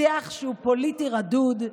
שיח פוליטי רדוד,